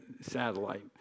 satellite